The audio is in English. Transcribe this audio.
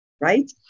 right